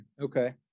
Okay